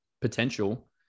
potential